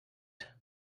seid